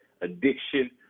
addiction